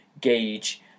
gauge